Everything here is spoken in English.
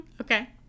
okay